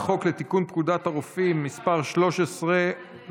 הצעת חוק התוכנית להבראת כלכלת ישראל (תיקוני חקיקה להשגת